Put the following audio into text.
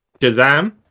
Shazam